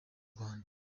rwanda